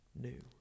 new